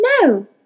No